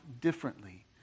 differently